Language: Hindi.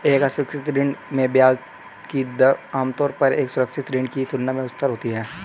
एक असुरक्षित ऋण में ब्याज की दर आमतौर पर एक सुरक्षित ऋण की तुलना में उच्चतर होती है?